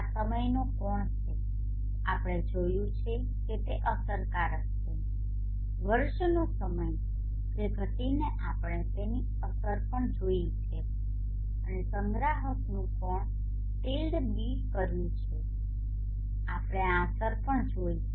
આ સમયનો કોણ છે આપણે જોયું છે કે તે અસરકારક છે વર્ષનો સમય જે ઘટીને આપણે તેની અસર પણ જોઇ છે અને સંગ્રાહકનું કોણ ટિલ્ડ β કર્યું છે આપણે આ અસર પણ જોઇ છે